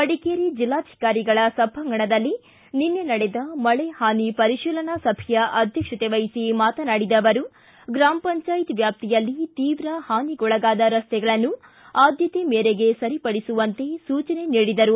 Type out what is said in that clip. ಮಡಿಕೇರಿ ಜಿಲ್ಲಾಧಿಕಾರಿಗಳ ಸಭಾಂಗಣದಲ್ಲಿ ನಿನ್ನೆ ನಡೆದ ಮಳೆ ಹಾನಿ ಪರಿಶೀಲನಾ ಸಭೆಯ ಅಧ್ಯಕ್ಷಕೆ ವಹಿಸಿ ಮಾತನಾಡಿದ ಅವರು ಗ್ರಾಮ ಪಂಚಾಯತ್ ವ್ಯಾಪ್ತಿಯಲ್ಲಿ ತೀವ್ರ ಹಾನಿಗೊಳಗಾದ ರಸ್ತೆಗಳನ್ನು ಆದ್ಯತೆ ಮೇರೆಗೆ ಸರಿಪಡಿಸುವಂತೆ ಸೂಚನೆ ನೀಡಿದರು